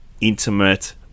intimate